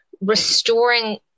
restoring